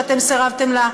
ואתם סירבתם לה.